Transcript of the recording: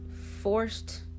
forced